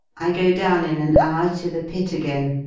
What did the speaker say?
i go down in an hour to the pit again,